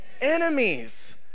Enemies